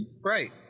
Right